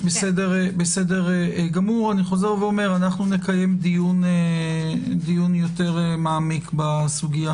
אני חוזר ואומר אנחנו נקיים דיון יותר מעמיק בסוגיה